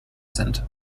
sind